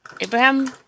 Abraham